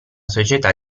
società